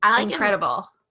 incredible